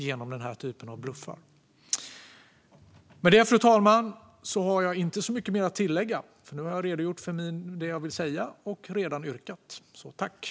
Med det, fru talman, har jag inte så mycket mer att tillägga. Jag har redogjort för det jag ville säga och yrkat bifall till reservationer.